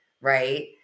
right